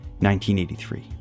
1983